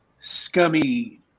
scummy